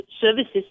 services